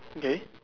okay